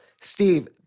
Steve